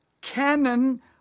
canon